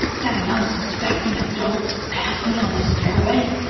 having unsuspecting adults pass me on the stairway.